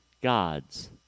God's